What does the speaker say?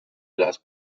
las